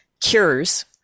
cures